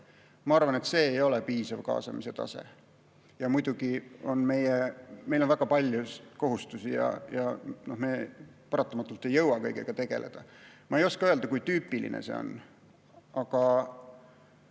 Ma arvan, et see ei ole piisav kaasamise tase. Muidugi, meil on väga palju kohustusi ja me paratamatult ei jõua kõigega tegeleda. Ma ei oska öelda, kui tüüpiline see on. Aga